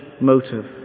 motive